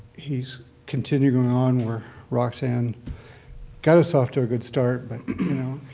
he's continuing on where roxanne got us off to a good start, but you know,